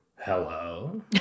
hello